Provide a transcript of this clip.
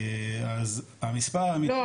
אז המספר האמיתי --- לא,